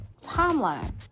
timeline